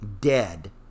dead